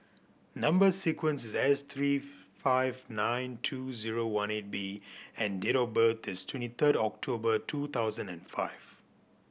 number sequence is S three five nine two zero one eight B and date of birth is twenty third October two thousand and five